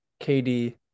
KD